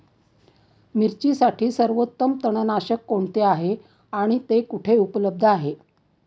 मिरचीसाठी सर्वोत्तम तणनाशक कोणते आहे आणि ते कुठे उपलब्ध आहे?